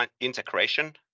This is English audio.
integration